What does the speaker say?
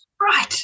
Right